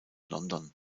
london